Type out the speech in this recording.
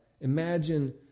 Imagine